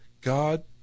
God